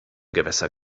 gewässer